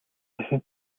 дахин